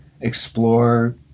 explore